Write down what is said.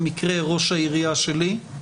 במקרה ראש העירייה שלי,